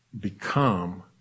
become